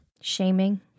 Shaming